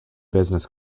business